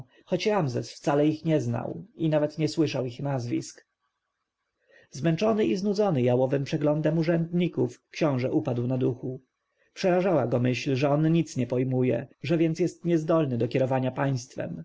choć ramzes wcale ich nie znał i nawet nie słyszał ich nazwisk zmęczony i znudzony jałowym przeglądem urzędników książę upadł na duchu przerażała go myśl że on nic nie pojmuje że więc jest niezdolny do kierowania państwem